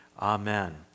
Amen